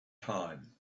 time